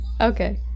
okay